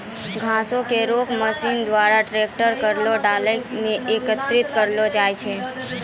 घासो क rake machine द्वारा ट्रैकर केरो डाला म एकत्रित करलो जाय छै